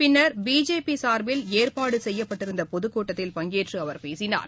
பின்னர் பிஜேபிசார்பில் ஏற்பாடுசெய்யப்பட்டிருந்தபொதுக்கூட்டத்தில் பஙகேற்றுஅவர் பேசினார்